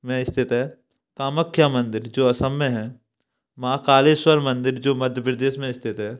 में स्थित है कामाख्या मंदिर जो असम में है महाकालेश्वर मंदिर जो मध्य प्रदेश में स्थित है